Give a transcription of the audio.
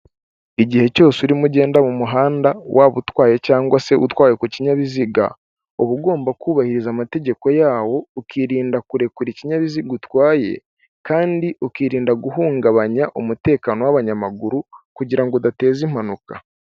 Igihe cyose urimo ugenda mu muhanda waba utwaye cyangwa se utwaye ku kinyabiziga uba ugomba kubahiriza amategeko yawo, ukirinda kurekura ikinyabiziga utwaye kandi ukirinda guhungabanya umutekano w'abanyamaguru kugirango udateza impanuka.